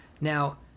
Now